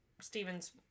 Stephen's